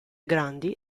grandi